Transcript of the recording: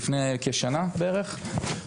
לפני כשנה בערך.